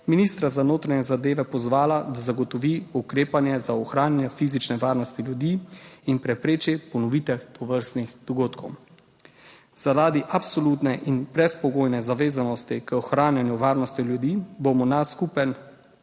ministra za notranje zadeve pozvala, da zagotovi ukrepanje za ohranjanje fizične varnosti ljudi in prepreči ponovitev tovrstnih dogodkov. Zaradi absolutne in brezpogojne zavezanosti k ohranjanju varnosti ljudi bomo naš skupen